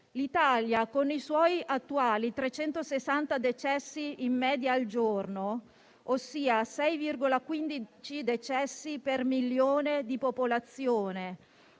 L'Italia, con i suoi attuali 360 decessi in media al giorno, ossia 6,15 decessi per milione di popolazione